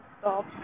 stop